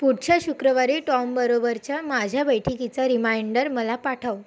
पुढच्या शुक्रवारी टॉमबरोबरच्या माझ्या बैठकीचा रिमाइंडर मला पाठव